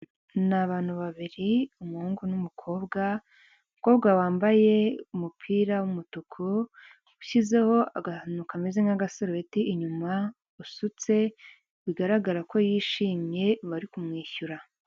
Ni abantu babiri umuhungu n'umukobwa, umukobwa wambaye umupira wumutuku ushyizeho akantu kameze nk'agasarubeti inyuma usutse bigaragara ko yishimye bari kumwishyura .